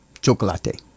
Chocolate